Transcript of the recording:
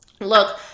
Look